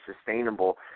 sustainable